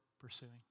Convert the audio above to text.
pursuing